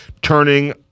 turning